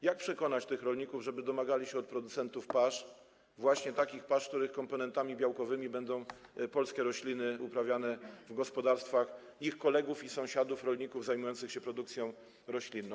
Jak przekonać tych rolników, żeby domagali się od producentów pasz właśnie takich pasz, których komponentami białkowymi będą polskie rośliny uprawiane w gospodarstwach ich kolegów i sąsiadów rolników zajmujących się produkcją roślinną?